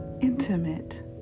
intimate